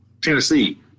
Tennessee